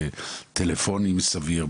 בטלפונים סביר,